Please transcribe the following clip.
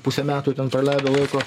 pusę metų ten praleido laiko